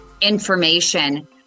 information